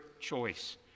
choice